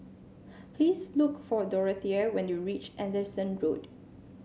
please look for Dorothea when you reach Anderson Road